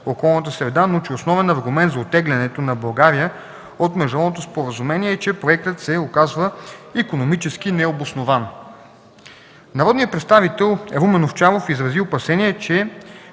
околната среда, но че основен аргумент за оттеглянето на България от международното споразумение е, че проектът се оказва икономически необоснован. Народният представител Румен Овчаров изрази опасения, че